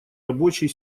рабочей